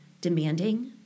demanding